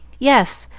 yes!